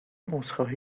عذرخواهی